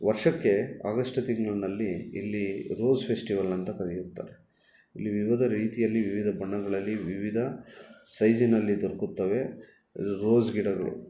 ವರ್ಷಕ್ಕೆ ಆಗಸ್ಟ್ ತಿಂಗ್ಳಿನಲ್ಲಿ ಇಲ್ಲಿ ರೋಸ್ ಫೆಶ್ಟಿವಲ್ ಅಂತ ಕರೆಯುತ್ತಾರೆ ಇಲ್ಲಿ ವಿವಿಧ ರೀತಿಯಲ್ಲಿ ವಿವಿಧ ಬಣ್ಣಗಳಲ್ಲಿ ವಿವಿಧ ಸೈಸಿನಲ್ಲಿ ದೊರಕುತ್ತವೆ ರೋಸ್ ಗಿಡಗಳು